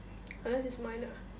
unless it's mine ah